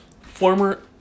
Former